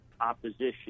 opposition